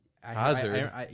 Hazard